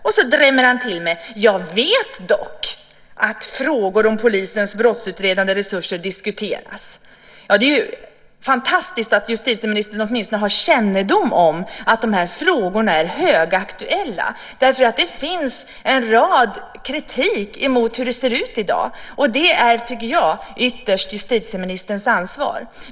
Sedan drämmer han till med: "Jag vet dock att frågor om polisens brottsutredande resurser diskuteras." Det är fantastiskt att justitieministern åtminstone har kännedom om att frågorna är högaktuella. Det finns en hel del kritik mot hur det ser ut i dag. Det är ytterst justitieministerns ansvar.